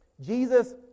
Jesus